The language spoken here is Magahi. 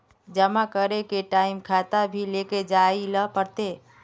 जमा करे के टाइम खाता भी लेके जाइल पड़ते?